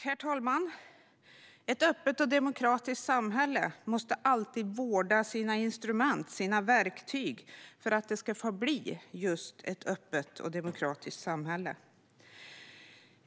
Herr talman! Ett öppet och demokratiskt samhälle måste alltid vårda sina instrument och verktyg för att det ska förbli just ett öppet och demokratiskt samhälle.